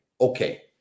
Okay